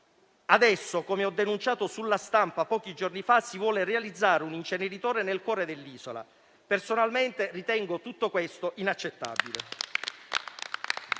Adesso, come ho denunciato sulla stampa pochi giorni fa, si vuole realizzare un inceneritore nel cuore dell'isola: personalmente, ritengo tutto questo inaccettabile.